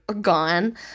gone